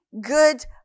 good